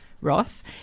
Ross